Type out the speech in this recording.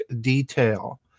detail